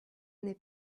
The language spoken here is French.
n’est